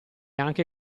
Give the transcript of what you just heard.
anche